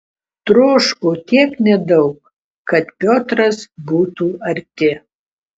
troško tiek nedaug kad piotras būtų arti